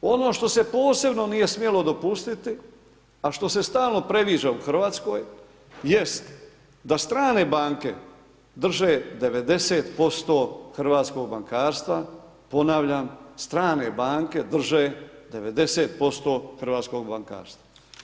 Ono što se posebno nije smjelo dopustiti a što se stalno previđa u Hrvatskoj jest da strane banke drže 90% hrvatskog bankarstva, ponavljam strane banke drže 90% hrvatskog bankarstva.